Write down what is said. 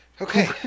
Okay